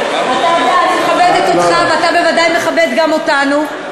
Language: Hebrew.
יודע, אני מכבדת אותך ואתה בוודאי מכבד גם אותנו.